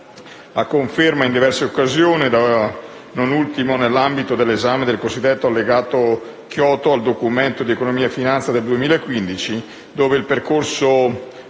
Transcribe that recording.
la conferma in diverse occasioni, non ultimo nell'ambito dell'esame del cosiddetto allegato Kyoto al Documento di economia e finanza del 2015, del percorso